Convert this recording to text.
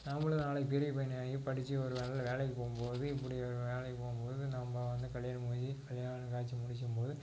நாமளும் நாளைக்கு பெரிய பையனாகி படித்து ஒரு நல்ல வேலைக்குப் போகும்போது இப்படி ஒரு வேலைக்கு போகும்போது நம்ம வந்து கல்யாணம் ஆகி கல்யாணம் காட்சி முடிக்கும் போது